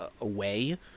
away